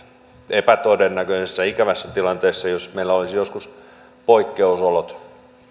epätodennäköisessä ikävässä tilanteessa jos meillä olisi joskus poikkeusolot